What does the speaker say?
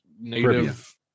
native